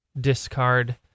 discard